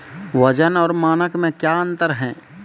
वजन और मानक मे क्या अंतर हैं?